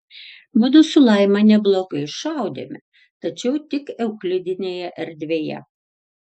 mudu su laima neblogai šaudėme tačiau tik euklidinėje erdvėje